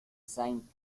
saint